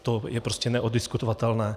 To je prostě neoddiskutovatelné.